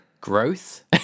growth